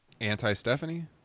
Anti-Stephanie